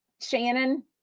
Shannon